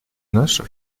нашу